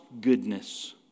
goodness